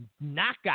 Knockout